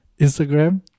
Instagram